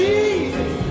Jesus